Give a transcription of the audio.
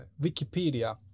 Wikipedia